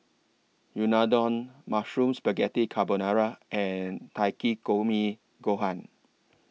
Unadon Mushroom Spaghetti Carbonara and Takikomi Gohan